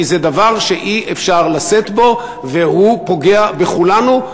כי זה דבר שאי-אפשר לשאת בו והוא פוגע בכולנו,